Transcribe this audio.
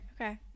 Okay